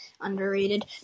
underrated